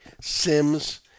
Sims